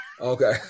Okay